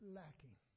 lacking